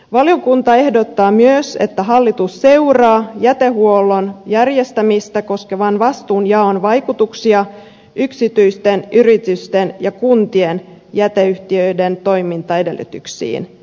valiokunta ehdottaa myös että hallitus seuraa jätehuollon järjestämistä koskevan vastuunjaon vaikutuksia yksityisten yritysten ja kuntien jäteyhtiöiden toimintaedellytyksiin